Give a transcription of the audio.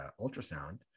ultrasound